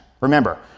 Remember